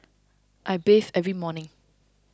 I bathe every morning